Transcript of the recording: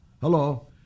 Hello